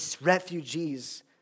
refugees